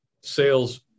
sales